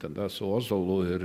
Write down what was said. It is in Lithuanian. tada su ozolu ir